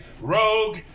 rogue